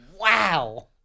Wow